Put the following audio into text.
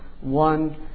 one